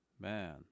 Man